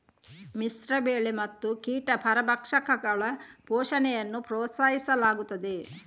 ಮಿಶ್ರ ಬೆಳೆ ಮತ್ತು ಕೀಟ ಪರಭಕ್ಷಕಗಳ ಪೋಷಣೆಯನ್ನು ಪ್ರೋತ್ಸಾಹಿಸಲಾಗುತ್ತದೆ